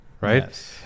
Right